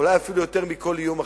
אולי אפילו יותר מכל איום אחר,